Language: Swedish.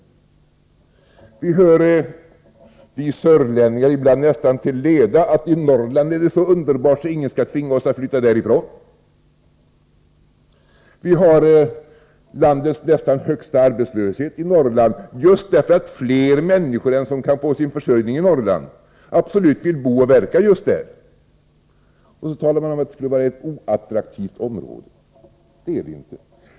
Vi hör, vi sörlänningar, ibland nästan till leda: i Norrland är det så underbart att ingen skall tvinga oss att flytta därifrån. I Norrland har man landets nästan högsta arbetslöshet, just därför att fler människor än som kan få sin försörjning där absolut vill bo och verka just i Norrland. Och så pratar man om att detta skulle vara ett så oattraktivt område.